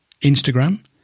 Instagram